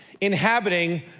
inhabiting